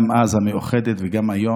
גם אז, במאוחדת, וגם היום.